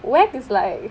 wack is like